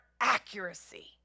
accuracy